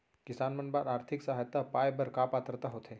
किसान मन बर आर्थिक सहायता पाय बर का पात्रता होथे?